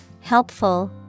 helpful